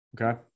okay